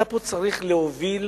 אתה צריך להוביל